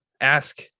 ask